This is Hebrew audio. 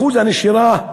אחוז הנשירה,